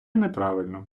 неправильно